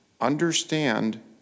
understand